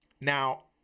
Now